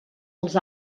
els